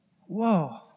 whoa